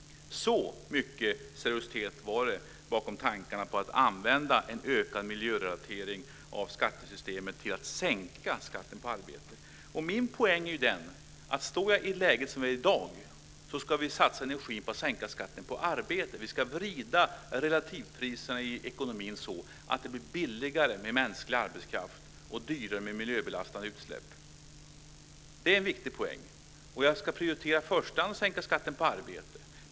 Så mycket seriositet var det bakom tankarna på att använda en ökad miljörelatering av skattesystemet till att sänka skatten på arbete. Min poäng är denna: Om jag står i det läge som jag gör i dag så ska vi satsa energin på att sänka skatten på arbete. Vi ska vrida relativpriserna i ekonomin så att det blir billigare med mänsklig arbetskraft och dyrare med miljöbelastande utsläpp. Det är en viktig poäng. Jag ska i första hand prioritera att sänka skatten på arbete.